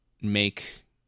make